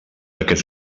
aquest